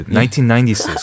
1996